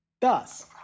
Thus